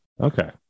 okay